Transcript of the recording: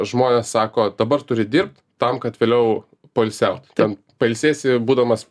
žmonės sako dabar turi dirbt tam kad vėliau poilsiaut ten pailsėsi būdamas